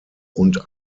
und